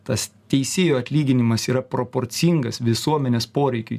tas teisėjo atlyginimas yra proporcingas visuomenės poreikiui